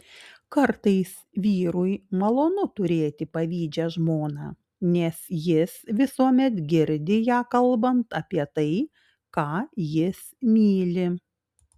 kartais vyrui malonu turėti pavydžią žmoną nes jis visuomet girdi ją kalbant apie tai ką jis myli